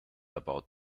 about